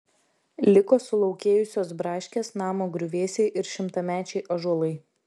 liko sulaukėjusios braškės namo griuvėsiai ir šimtamečiai ąžuolai